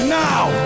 now